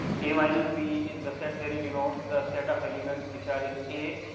a minus b in the set theory denotes the set of elements which are in a,